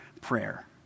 prayer